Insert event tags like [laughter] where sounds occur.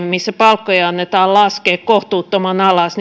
[unintelligible] missä palkkojen annetaan laskea kohtuuttoman alas [unintelligible]